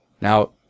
Now